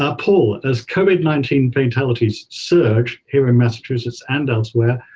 ah paul, as covid nineteen fatal cities surge here in massachusetts and elsewhere,